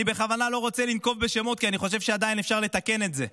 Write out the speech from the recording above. אני בכוונה לא רוצה לנקוב בשמות כי אני חושב שעדיין אפשר לתקן את זה,